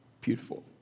beautiful